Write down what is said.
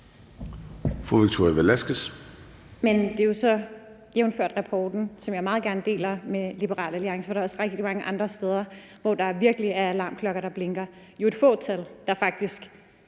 Det er jo så jævnfør den rapport fra før, som jeg meget gerne deler med Liberal Alliance, for der er også rigtig mange andre steder, hvor der virkelig er alarmklokker der blinker. Det et jo et fåtal, der faktisk